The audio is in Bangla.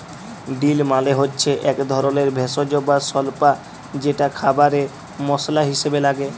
ডিল মালে হচ্যে এক ধরলের ভেষজ বা স্বল্পা যেটা খাবারে মসলা হিসেবে লাগে